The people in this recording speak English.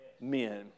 men